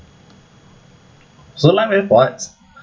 so likewise for arts